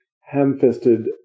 ham-fisted